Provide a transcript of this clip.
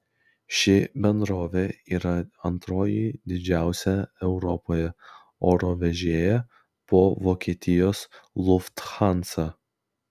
ši bendrovė yra antroji didžiausią europoje oro vežėja po vokietijos lufthansa